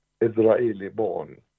Israeli-born